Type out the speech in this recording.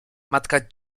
matka